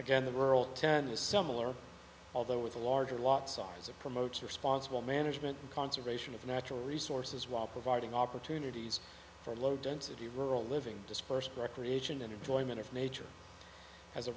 again the rural ten is similar although with a larger lot size it promotes responsible management and conservation of natural resources while providing opportunities for low density rural living dispersed recreation and enjoyment if nature has a